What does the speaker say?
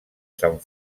sant